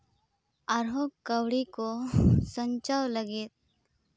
ᱟᱨᱦᱚᱸ ᱠᱟᱹᱣᱰᱤ ᱠᱚ ᱥᱟᱧᱪᱟᱣ ᱞᱟᱹᱜᱤᱫ